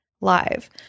live